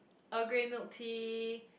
Earl Grey milk tea